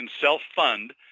self-fund